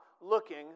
looking